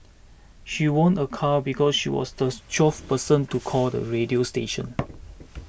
she won a car because she was this twelfth person to call the radio station